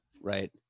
Right